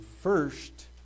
first